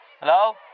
Hello